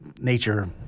nature